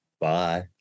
Bye